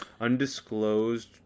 Undisclosed